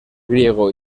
griego